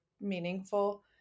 meaningful